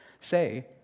say